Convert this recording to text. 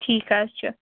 ٹھیٖک حظ چھُ